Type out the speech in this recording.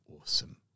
awesome